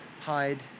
hide